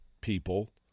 people